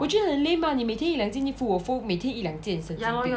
我觉得很 lame ah 你每天一两件衣服我 fold 每天一两件神经病